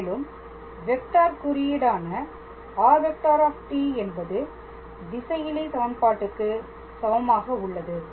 மேலும் வெக்டார் குறியீடான r⃗ என்பது திசையிலி சமன்பாட்டுக்கு சமமாக உள்ளது